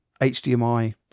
HDMI